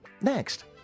Next